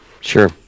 Sure